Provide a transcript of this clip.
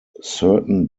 certain